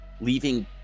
leaving